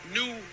new